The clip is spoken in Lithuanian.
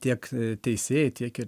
tiek a teisėjai tiek ir